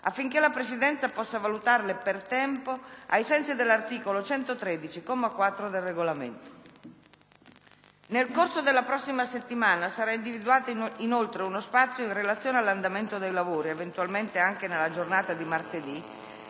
affinché la Presidenza possa valutarle per tempo ai sensi dell'articolo 113, comma 4, del Regolamento. Nel corso della prossima settimana sarà individuato uno spazio in relazione all'andamento dei lavori - eventualmente anche nella giornata di martedì